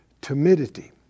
timidity